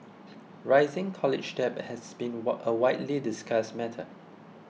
rising college debt has been a widely discussed matter